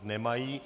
Nemají.